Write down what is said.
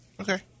Okay